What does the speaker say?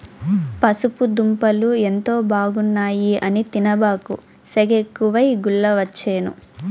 పసుపు దుంపలు ఎంతో బాగున్నాయి అని తినబాకు, సెగెక్కువై గుల్లవచ్చేను